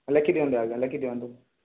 ଲେଖି ଦିଅନ୍ତୁ ଆଜ୍ଞା ଲେଖି ଦିଅନ୍ତୁ